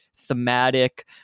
thematic